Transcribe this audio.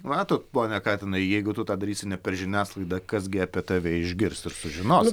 matot pone katinai jeigu tu tą darysi ne per žiniasklaidą kas gi apie tave išgirs ir sužinos